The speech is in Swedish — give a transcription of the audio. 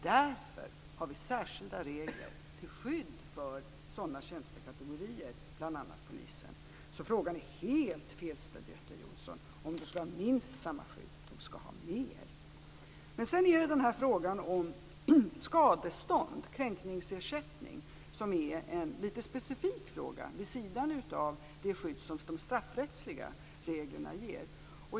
Därför har vi särskilda regler till skydd för sådana tjänstekategorier, bl.a. polisen. Frågan om polisen skall ha minst samma skydd är helt fel ställd, Göte Jonsson. De skall ha mer. Men sedan har vi också frågan om skadestånd och kränkningsersättning som är en lite specifik fråga vid sidan av det skydd som de straffrättsliga reglerna ger.